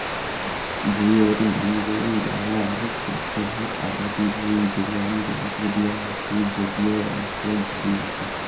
ভুঁইয়ত নাঙল দ্যাওয়ার পাচোত আবাদি ভুঁই বেলন যন্ত্র দিয়া মাটির জলীয় অংশক ধরি রাখে